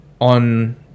on